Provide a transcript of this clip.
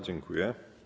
Dziękuję.